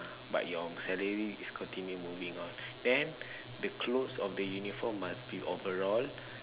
ah but your salary is continue moving on then the clothes of the uniform must be overall